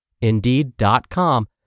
Indeed.com